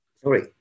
sorry